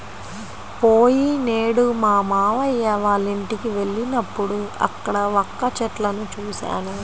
పోయినేడు మా మావయ్య వాళ్ళింటికి వెళ్ళినప్పుడు అక్కడ వక్క చెట్లను చూశాను